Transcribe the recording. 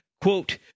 quote